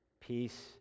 Peace